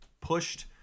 pushed